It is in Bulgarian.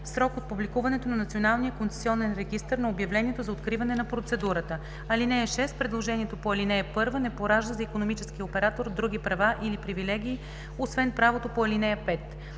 срок от публикуването в Националния концесионен регистър на обявлението за откриване на процедурата. (6) Предложението по ал. 1 не поражда за икономическия оператор други права или привилегии, освен правото по ал. 5.